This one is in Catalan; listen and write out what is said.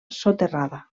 soterrada